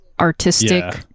artistic